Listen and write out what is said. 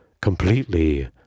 completely